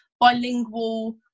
bilingual